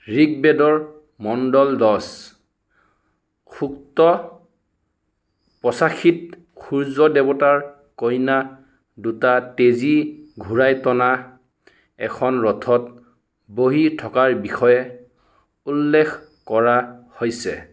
ৰিগবেদৰ মণ্ডল দছ সূক্ত পঁচাশীত সূৰ্য দেৱতাৰ কইনা দুটা তেজী ঘোঁৰাই টনা এখন ৰথত বহি থকাৰ বিষয়ে উল্লেখ কৰা হৈছে